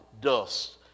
dust